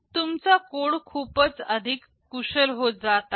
तुमचा कोड खूपच अधिक कुशल होत जात आहे